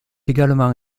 également